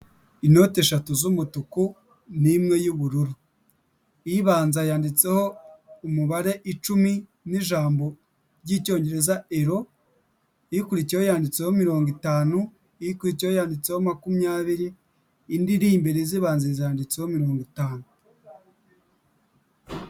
Inoti eshatu z'umutuku n'imwe y'ubururu. Ibanza yanditseho umubare icumi n'ijambo ry'icyongereza ero, ikurikiyeho yanditseho mirongo itanu, ikurikiyeho yanditseho makumyabiri, indi iri imbere izibanziriza yanditseho mirongo itanu.